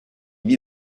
vit